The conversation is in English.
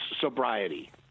Sobriety